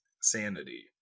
sanity